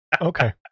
Okay